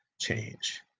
change